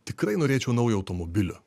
tikrai norėčiau naujo automobilio